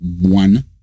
one